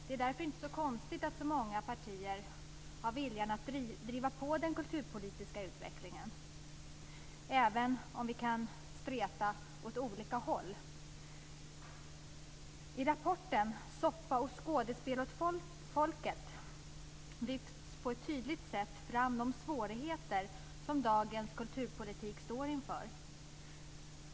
Det är därför inte så konstigt att så många partier har viljan att driva på den kulturpolitiska utvecklingen, även om vi kan streta åt olika håll. I rapporten Soppa och skådespel åt folket lyfts på ett tydligt sätt fram de svårigheter som dagens kulturpolitik står inför.